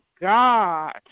God